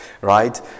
right